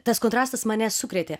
tas kontrastas mane sukrėtė